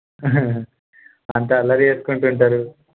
అంత అల్లరి చేస్కుంటు ఉంటారు